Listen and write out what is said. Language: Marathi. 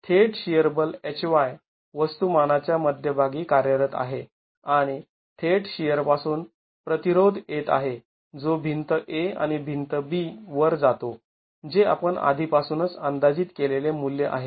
थेट शिअर बल H y वस्तुमानाच्या मध्यभागी कार्यरत आहे आणि थेट शिअर पासून प्रतिरोध येत आहे जो भिंत A आणि भिंत B वर जातो जे आपण आधीपासूनच अंदाजित केलेले मूल्य आहे